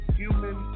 human